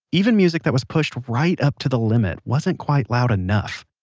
even music that was pushed right up to the limit wasn't quite loud enough.